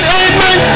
amen